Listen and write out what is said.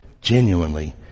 genuinely